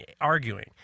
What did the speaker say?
arguing